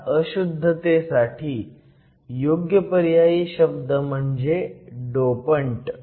ह्या अशुद्धतेसाठी योग्य पर्यायी शब्द म्हणजे डोपंट